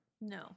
No